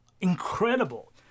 incredible